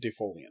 defoliant